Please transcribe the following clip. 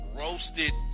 roasted